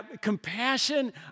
compassion